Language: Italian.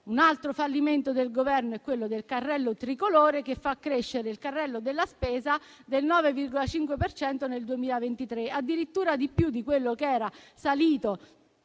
Un altro fallimento del Governo è quello del carrello tricolore, che fa crescere il carrello della spesa del 9,5 per cento nel 2023, addirittura più di quanto era salito